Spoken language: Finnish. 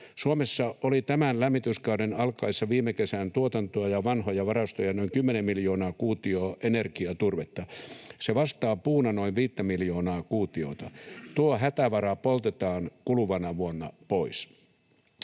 Suomessa oli tämän lämmityskauden alkaessa viime kesän tuotantoa ja vanhoja varastoja noin kymmenen miljoonaa kuutiota energiaturvetta. Se vastaa puuna noin viittä miljoonaa kuutiota. Tuo hätävara poltetaan kuluvana vuonna pois.